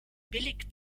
billig